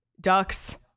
Ducks